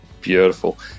beautiful